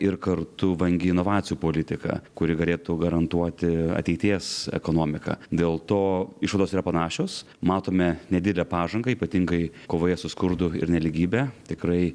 ir kartu vangi inovacijų politika kuri galėtų garantuoti ateities ekonomiką dėl to išvados yra panašios matome nedidelę pažangą ypatingai kovoje su skurdu ir nelygybe tikrai